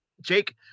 Jake